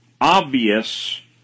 obvious